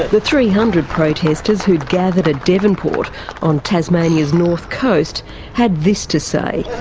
the three hundred protesters who'd gathered at devonport on tasmania's north coast had this to say